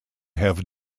have